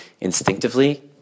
instinctively